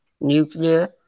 Nuclear